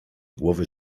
głowy